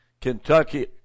Kentucky